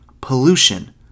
pollution